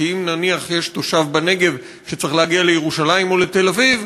כי אם נניח יש תושב בנגב שצריך להגיע לירושלים או לתל-אביב,